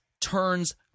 turns